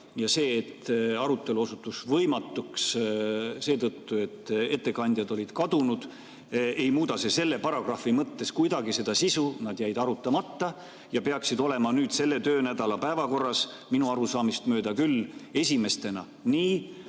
See, et arutelu osutus võimatuks seetõttu, et ettekandjad olid kadunud, ei muuda selle paragrahvi mõttes kuidagi sisu – nad jäid arutamata ja peaksid olema nüüd selle töönädala päevakorras minu arusaamist mööda küll esimestena nii,